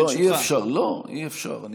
לא, אי-אפשר, לא.